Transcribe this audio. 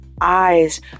eyes